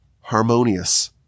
harmonious